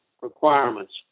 requirements